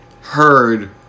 heard